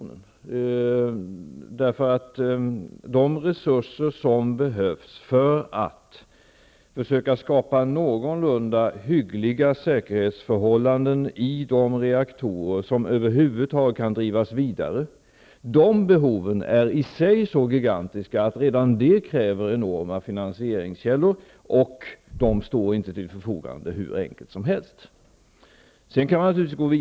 Behovet av de resurser som är nödvändiga för att försöka skapa någorlunda hyggliga säkerhetsförhållanden kring de reaktorer som över huvud taget kan drivas vidare är i sig så gigantiskt att redan detta kräver enorma finansieringskällor, vilka inte står till förfogande hur enkelt som helst.